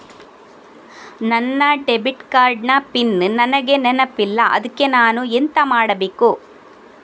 ನನ್ನ debit card ನ PIN ನನಗೆ ನೆನಪಿಲ್ಲ ಅದ್ಕೆ ನಾನು ಎಂತ ಮಾಡಬೇಕು?